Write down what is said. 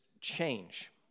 change